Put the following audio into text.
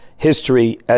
history